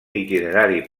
itinerari